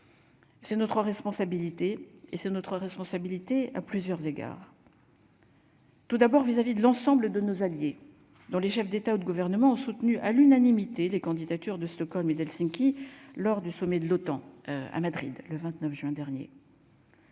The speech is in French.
C'est notre responsabilité et c'est notre responsabilité, à plusieurs égards. Tout d'abord vis-à-vis de l'ensemble de nos alliés, dont les chefs d'État ou de gouvernement ont soutenu à l'unanimité, les candidatures de Stockholm et d'Helsinki lors du sommet de l'OTAN à Madrid le 29 juin dernier.